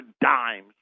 dimes